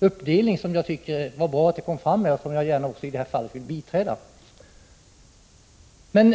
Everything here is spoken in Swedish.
uppdelning; jag tycker det var bra att den kom till uttryck här, och jag vill biträda förslaget att vi skall tillämpa den.